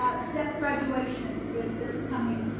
ah step graduation is this coming,